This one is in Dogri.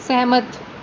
सैह्मत